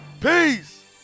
Peace